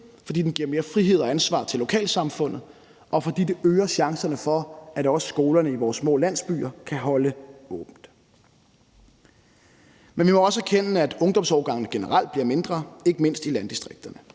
fordi det giver mere frihed og ansvar til lokalsamfundet, og fordi det øger chancerne for, at også skolerne i vores små landsbyer kan holde åbent. Men vi må også erkende, at ungdomsårgangene generelt bliver mindre, ikke mindst i landdistrikterne.